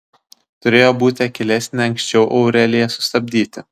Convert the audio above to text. turėjo būti akylesnė anksčiau aureliją sustabdyti